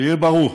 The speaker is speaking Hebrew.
שיהיה ברור,